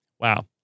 Wow